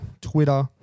Twitter